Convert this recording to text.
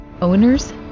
Owners